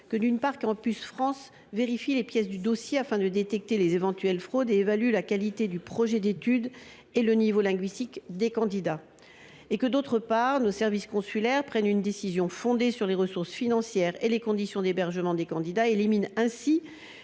que Campus France vérifie les pièces du dossier afin de détecter d’éventuelles fraudes, tout en vérifiant la qualité du projet d’études et le niveau linguistique des candidats. De leur côté, nos services consulaires prennent une décision fondée sur les ressources financières et les conditions d’hébergement des intéressés. Ils éliminent ainsi